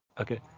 okay